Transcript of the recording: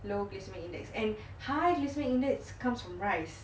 glycemic index and high glycemic index comes from rice